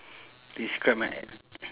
describe an a~